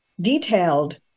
detailed